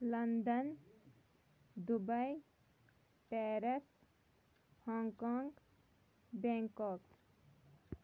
London Dubai Paris Hong Kong Bangkok